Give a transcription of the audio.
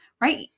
right